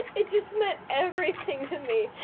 it just meant everything to me